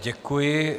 Děkuji.